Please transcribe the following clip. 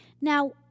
Now